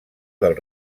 del